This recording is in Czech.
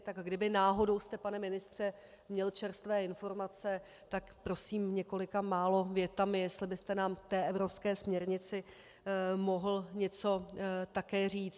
Tak kdybyste náhodou, pane ministře, měl čerstvé informace, tak prosím několika málo větami, jestli byste nám k té evropské směrnici mohl něco také říct.